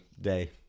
day